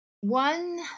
one